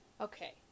Okay